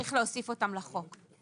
שצריך להוסיף אותן לחוק.